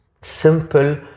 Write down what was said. simple